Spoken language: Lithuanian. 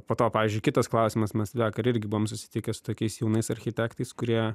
po to pavyzdžiui kitas klausimas mes vakar irgi buvom susitikę su tokiais jaunais architektais kurie